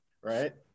right